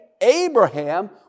Abraham